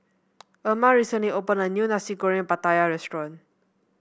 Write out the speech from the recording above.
Erma recently opened a new Nasi Goreng Pattaya restaurant